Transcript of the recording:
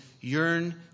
yearn